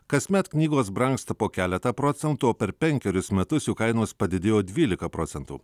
kasmet knygos brangsta po keletą procentų o per penkerius metus jų kainos padidėjo dvylika procentų